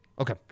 Okay